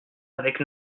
avec